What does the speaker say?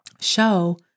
show